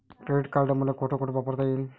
Credit card मले कोठ कोठ वापरता येईन?